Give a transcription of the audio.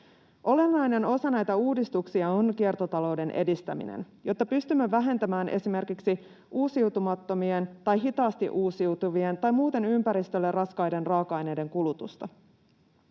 Olennainen osa näitä uudistuksia on kiertotalouden edistäminen, jotta pystymme vähentämään esimerkiksi uusiutumattomien tai hitaasti uusiutuvien tai muuten ympäristölle raskaiden raaka-aineiden kulutusta.